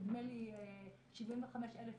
נדמה לי 75,000 איש,